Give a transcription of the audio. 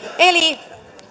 eli